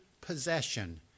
possession